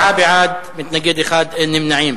פניית הרשות הפלסטינית